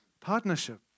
partnership